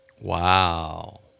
Wow